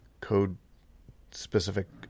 code-specific